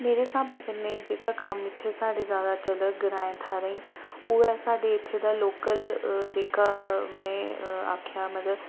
मेरे स्हाबै कन्नै जेह्का कम्म इत्थै साढ़े ज्यादा चलग ग्रांऽ थाह्रें ई ओह् ऐ साढ़े इत्थे दा लोकल जेह्का में आखेआ मतलब